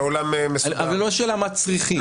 השאלה היא לא מה צריכים.